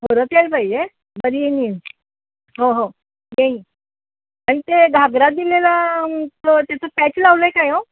परत यायला पाहिजे घरी येईन मी हो हो येईन आणि ते घागरा दिलेला तो त्याचं पॅच लावलं आहे काय अहो